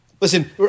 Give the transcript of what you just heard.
Listen